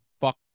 Fuck